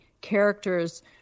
characters